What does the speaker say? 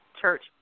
Church